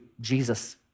Jesus